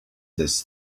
this